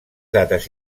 dates